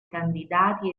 candidati